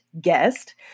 guest